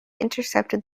intercepted